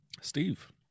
Steve